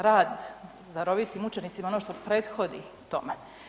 Rad s darovitim učenicima ono što prethodi tome.